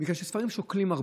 כי הספרים שוקלים הרבה.